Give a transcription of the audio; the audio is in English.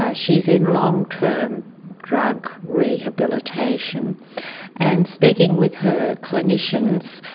ah she's in long-term drug rehabilitation and speaking with her clinicians,